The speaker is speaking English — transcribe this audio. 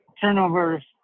Turnovers